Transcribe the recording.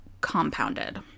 compounded